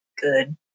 good